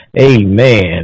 Amen